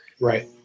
Right